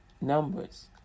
Numbers